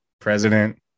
president